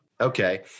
Okay